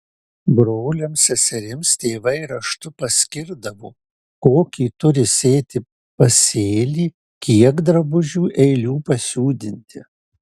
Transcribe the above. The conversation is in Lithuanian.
broliams seserims tėvai raštu paskirdavo kokį turi sėti pasėlį kiek drabužių eilių pasiūdinti